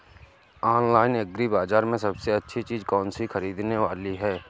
Online agri बाजार में सबसे अच्छी चीज कौन सी ख़रीदने वाली है?